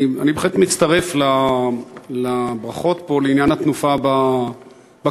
אני בהחלט מצטרף לברכות פה לעניין התנופה בכבישים,